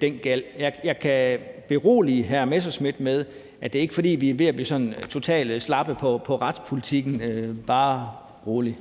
den gæld. Jeg kan berolige hr. Morten Messerschmidt med, at det ikke er, fordi vi er ved at blive sådan totalt slappe på retspolitikken, bare rolig.